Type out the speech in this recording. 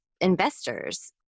investors